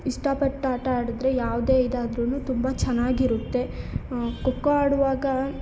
ಇಷ್ಟಪಟ್ಟು ಆಟ ಆಡಿದ್ರೆ ಯಾವುದೇ ಇದಾದ್ರೂ ತುಂಬ ಚೆನ್ನಾಗಿರುತ್ತೆ ಖೋಖೋ ಆಡುವಾಗ